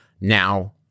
now